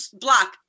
block